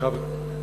כשמדברים על המדע,